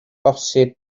posib